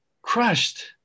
Crushed